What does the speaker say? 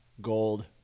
gold